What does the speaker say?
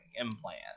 implant